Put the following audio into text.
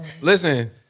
Listen